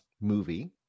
movie